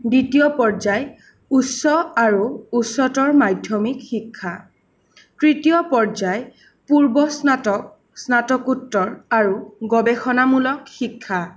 দ্বিতীয় পৰ্যায় উচ্চ আৰু উচ্চতৰ মাধ্যমিক শিক্ষা তৃতীয় পৰ্যায় পূৰ্ব স্নাতক স্নাতকোত্তৰ আৰু গৱেষণামূলক শিক্ষা